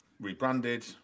rebranded